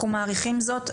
אנחנו מעריכים זאת,